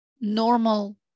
normal